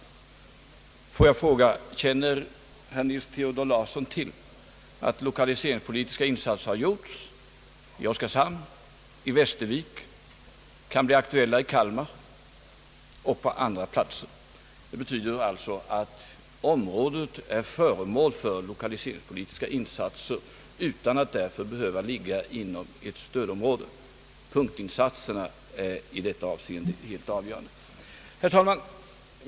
Får jag så fråga: Känner herr Nils Theodor Larsson till att lokaliseringspolitiska insatser har gjorts i Oskarshamn och i Västervik och att sådana kan bli aktuella i Kalmar och på andra platser? Området är föremål för lokaliseringspolitiska insatser utan att därför behöva ligga inom ett stödområde. Punktinsatserna är i detta avseende helt avgörande. Herr talman!